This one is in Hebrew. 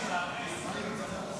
לוועדה שתקבע ועדת הכנסת